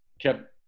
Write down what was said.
kept